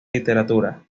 literatura